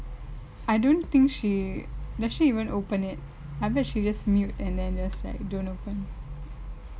I don't think she does she even open it I bet she just mute and then just like don't open